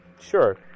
Sure